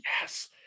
Yes